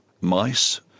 mice